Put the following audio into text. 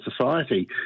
society